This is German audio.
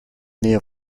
nähe